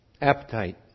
appetite